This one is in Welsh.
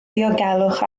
diogelwch